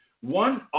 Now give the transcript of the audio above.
One